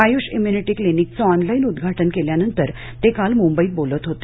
Ayush immunity क्लिनिकचं online उद्घाटन केल्यानंतर ते काल मुंबईत बोलत होते